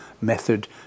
method